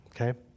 okay